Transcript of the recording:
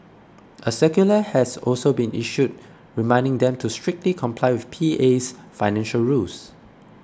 a circular has also been issued reminding them to strictly comply with P A's financial rules